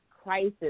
crisis